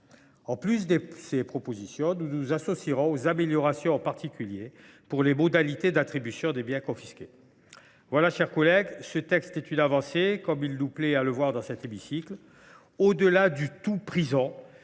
En plus de ces propositions, nous nous associerons aux améliorations, en particulier celles qui concernent les modalités d’attribution des biens confisqués. Chers collègues, ce texte est une avancée qu’il nous plaît de saluer dans cet hémicycle : au delà du tout prison,